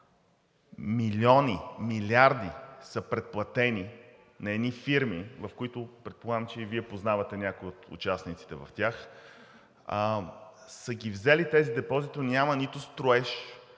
милиони, милиарди са предплатени на едни фирми, в които, предполагам, че и Вие познавате някои от участниците в тях, са ги взели тези депозити, но няма нито строеж